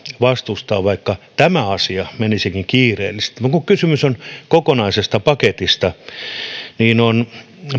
vastustaa sitä että tämä asia vaikka menisikin kiireellisesti kun kysymys on kokonaisesta paketista on